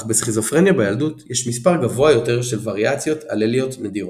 אך בסכיזופרניה בילדות יש מספר גבוה יותר של וריאציות אלליות נדירות.